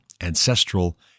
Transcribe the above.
ancestral